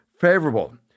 favorable